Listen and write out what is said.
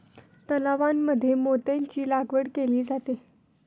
तलावांमध्ये मोत्यांची लागवड केली जाते